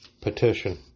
petition